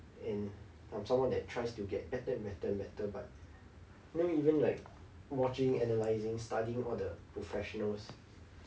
and I'm someone that tries to get better and better and better but then even like watching analysing studying all the professionals